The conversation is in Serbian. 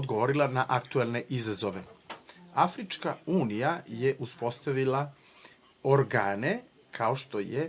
odgovorila na aktuelne izazove. Afrička unija je uspostavila organe kao što je